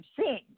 seen